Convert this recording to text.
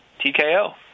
TKO